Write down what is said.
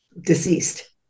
deceased